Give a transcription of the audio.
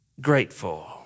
grateful